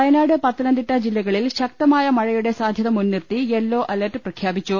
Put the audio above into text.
വയനാട് പത്തനംതിട്ട ജില്ലകളിൽ ശക്തമായ മഴയുടെ സാധ്യത മുൻനിർത്തി യെല്ലോ അലർട്ട് പ്രഖ്യാപിച്ചു